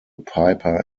piper